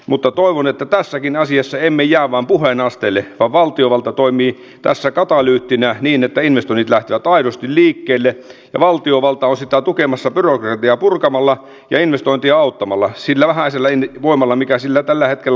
mutta toivon että tässäkään asiassa emme jää vain puheen asteelle vaan valtiovalta toimii tässä katalyyttinä niin että investoinnit lähtevät aidosti liikkeelle ja valtiovalta on sitä tukemassa byrokratiaa purkamalla ja investointia auttamalla sillä vähäisellä voimalla mikä sillä tällä hetkellä on